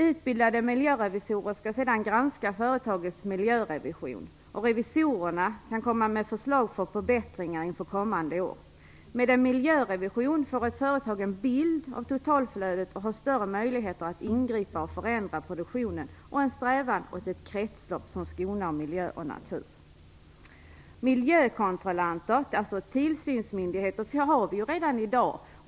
Utbildade miljörevisorer skall sedan granska företagets miljörevision, och revisorerna kan komma med förslag till förbättringar för kommande år. Med en miljörevision får ett företag en bild av totalflödet och har större möjligheter att ingripa och förändra produktionen och att sträva mot ett kretslopp som skonar natur och miljö. Tillsynsmyndigheter har vi redan i dag.